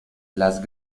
las